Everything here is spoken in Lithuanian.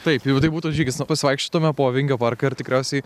taip jau tai būtų žygis na pasivaikščiotumėme po vingio parką ir tikriausiai